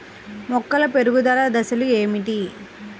మొక్కల పెరుగుదల దశలు ఏమిటి?